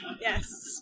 Yes